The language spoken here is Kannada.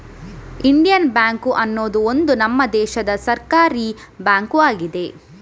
ಇಂಡಿಯನ್ ಬ್ಯಾಂಕು ಅನ್ನುದು ಒಂದು ನಮ್ಮ ದೇಶದ ಸರ್ಕಾರೀ ಬ್ಯಾಂಕು ಆಗಿದೆ